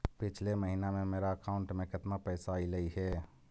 पिछले महिना में मेरा अकाउंट में केतना पैसा अइलेय हे?